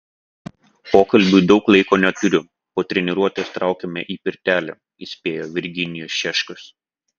pokalbiui daug laiko neturiu po treniruotės traukiame į pirtelę įspėjo virginijus šeškus